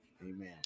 Amen